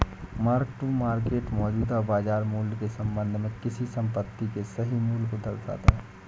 mark to market मौजूदा बाजार मूल्य के संबंध में किसी संपत्ति के सही मूल्य को दर्शाता है